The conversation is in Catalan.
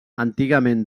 antigament